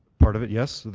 part of it, yes.